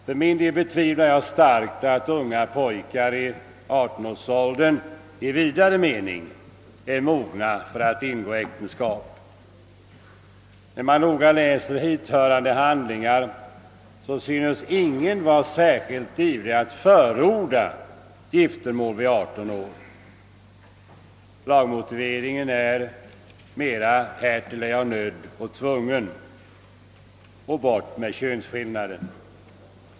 För min del betvivlar jag starkt att unga pojkar i 18-årsåldern i vidare mening är mogna för att ingå äktenskap. När man noga läser hithörande handlingar synes ingen vara särskilt ivrig att förorda giftermål vid 18 år. Lagmotiveringen är mer: »Härtill är jag nödd och tvungen» och bort med könsskillnaden.